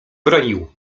bronił